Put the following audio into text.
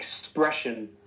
expression